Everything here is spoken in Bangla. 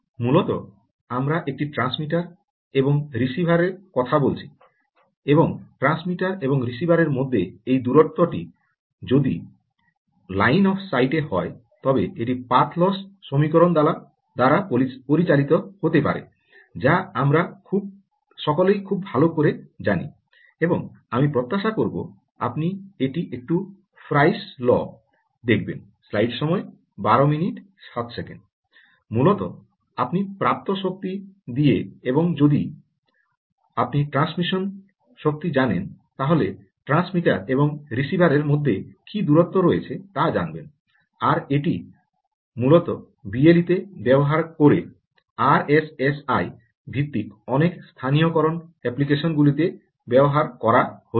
মূলত আমরা একটি ট্রান্সমিটার এবং রিসিভারের কথা বলছি এবং ট্রান্সমিটার এবং রিসিভারের মধ্যে এই দূরত্বটি যদি এটি লাইন অফ সাইটের হয় তবে এটি পাথ লস সমীকরণ দ্বারা পরিচালিত হতে পারে যা আমরা সকলেই খুব ভাল করে জানি এবং আমি প্রত্যাশা করব আপনি এটি একটু ফ্রাইস ল দেখবেন ব্যবহার করা হচ্ছে